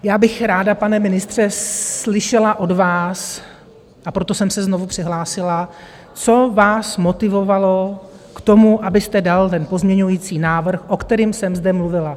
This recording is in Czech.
Já bych ráda, pane ministře, slyšela od vás a proto jsem se znovu přihlásila co vás motivovalo k tomu, abyste dal ten pozměňující návrh, o kterém jsem zde mluvila.